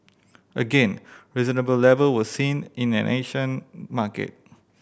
again reasonable level were seen in an Asian market